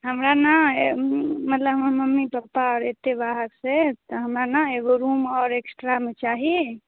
हमरा ने मतलब हमर मम्मी पप्पा अएतै बाहरसे तऽ हमरा ने एगो रूम आओर एक्स्ट्रामे चाही